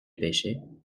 pêchait